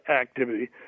activity